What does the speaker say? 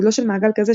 גודלו של מעגל כזה,